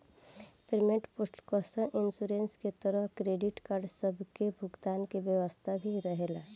payment protection insurance के तहत credit card सब के भुगतान के व्यवस्था भी रहेला